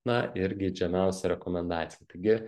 na ir geidžiamiausia rekomendacija taigi